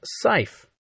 safe